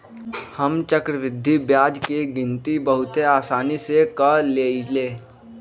हम चक्रवृद्धि ब्याज के गिनति बहुते असानी से क लेईले